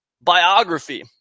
biography